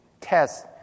test